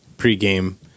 Pre-game